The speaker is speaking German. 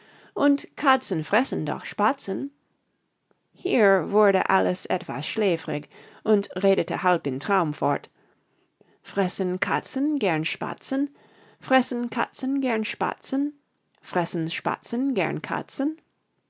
und katzen fressen doch spatzen hier wurde alice etwas schläfrig und redete halb im traum fort fressen katzen gern spatzen fressen katzen gern spatzen fressen spatzen gern katzen